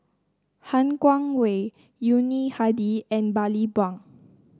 Han Guangwei Yuni Hadi and Bani Buang